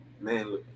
man